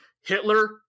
Hitler